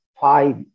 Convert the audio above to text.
five